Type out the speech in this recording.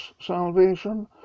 salvation